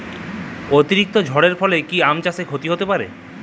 অতিরিক্ত ঝড়ের ফলে কি আম চাষে ক্ষতি হতে পারে?